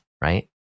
right